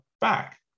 back